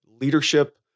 leadership